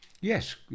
yes